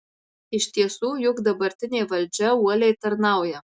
iš tiesų juk dabartinė valdžia uoliai tarnauja